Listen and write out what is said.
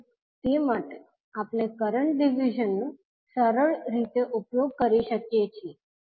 તેથી તે માટે આપણે કરંટ ડિવિઝનનો સરળ રીતે ઉપયોગ કરી શકીએ છીએ